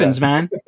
man